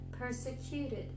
persecuted